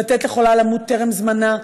לתת לחולה למות טרם זמנה?